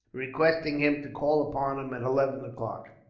requesting him to call upon him at eleven o'clock.